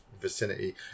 vicinity